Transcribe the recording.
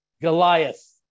Goliath